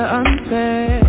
unfair